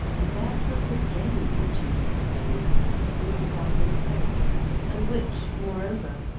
and that was the game which he was playing at, all by himself and which, moreover,